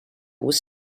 was